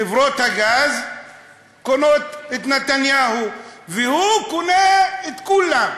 חברות הגז קונות את נתניהו, והוא קונה את כולם.